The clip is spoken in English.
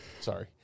Sorry